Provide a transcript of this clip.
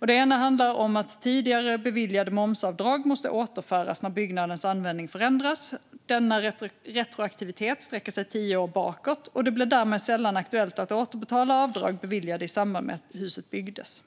Det ena handlar om att tidigare beviljade momsavdrag måste återföras när byggnadens användning förändras. Denna retroaktivitet sträcker sig tio år bakåt, och det blir därmed sällan aktuellt att återbetala avdrag beviljade i samband med att huset byggdes.